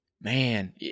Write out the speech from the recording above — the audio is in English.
man